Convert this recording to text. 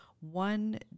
one